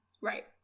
Right